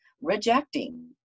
rejecting